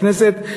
בכנסת,